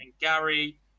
Gary